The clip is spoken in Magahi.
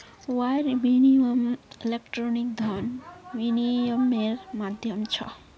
वायर विनियम इलेक्ट्रॉनिक धन विनियम्मेर माध्यम छ